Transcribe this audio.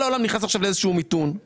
כל העולם נכנס עכשיו לאיזשהו מיתון.